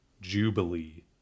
jubilee